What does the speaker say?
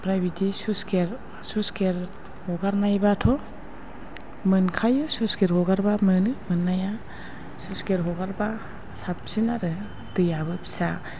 ओमफ्राय बिदि sluice gate हगारनायबाथ' मोनखायो स्लुइस गेट हगारबा मोनो मोननाया स्लुइस गेट हगारबा साबसिन आरो दैयाबो फिसा